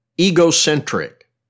egocentric